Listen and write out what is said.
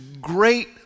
great